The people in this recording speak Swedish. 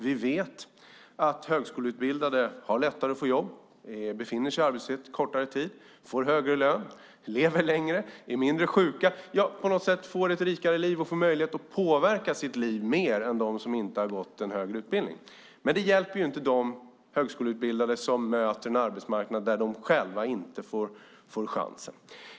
Vi vet att högskoleutbildade har lättare att få jobb, befinner sig i arbetslöshet kortare tid, får högre lön, lever längre, är mindre sjuka och på något sätt får ett rikare liv och får möjlighet att påverka sitt liv mer än de som inte har gått en högre utbildning. Men det hjälper inte de högskoleutbildade som möter en arbetsmarknad där de själva inte får chansen.